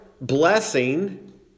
blessing